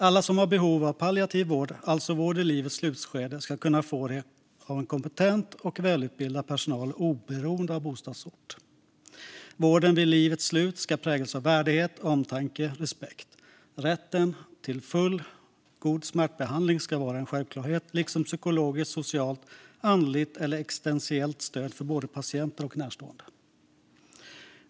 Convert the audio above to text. Alla som har behov av palliativ vård, alltså vård i livets slutskede, ska kunna få det av kompetent och välutbildad personal, oberoende av bostadsort. Vården i livets slutskedeska präglas av värdighet, omtanke och respekt. Rätten till fullgod smärtbehandling ska vara en självklarhet, liksom psykologiskt, socialt och andligt eller existentiellt stöd för både patienter och närstående.